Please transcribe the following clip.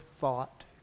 thought